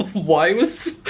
why was?